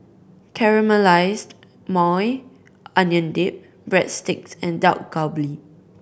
Caramelized Maui Onion Dip Breadsticks and Dak Galbi